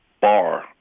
bar